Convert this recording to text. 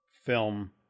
film